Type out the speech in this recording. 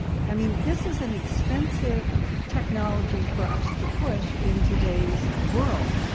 i mean, this is an expensive technology for us to push in today's worl